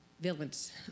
Villains